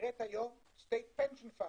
היום State Pension Fund